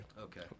Okay